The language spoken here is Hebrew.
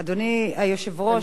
אדוני היושב-ראש,